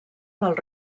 del